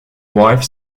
wife